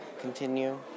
Continue